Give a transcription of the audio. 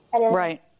Right